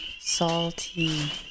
Salty